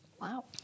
Wow